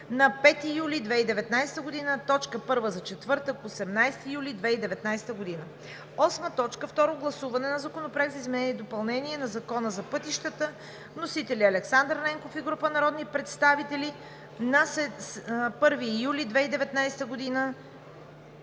на 5 юли 2019 г. – точка първа за четвъртък, 18 юли 2019 г. 8. Второ гласуване на Законопроекта за изменение и допълнение на Закона за пътищата. Вносител е Александър Ненков и група народни представители на 1 юли 2019 г.